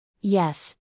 Yes